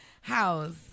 house